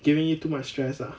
giving you too much stress ah